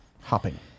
Hopping